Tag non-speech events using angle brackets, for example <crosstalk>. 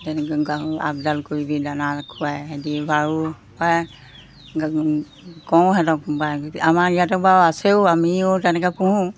তেনেকৈ গাহৰি আপডাল কৰিবি দানা খুৱাই সিহঁতে বাৰু পায় <unintelligible> কওঁ সিহঁতক আমাৰ ইয়াতে বাৰু আছেও আমিও তেনেকৈ পোহোঁ